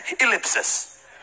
Ellipsis